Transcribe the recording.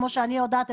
כמו שאני יודעת,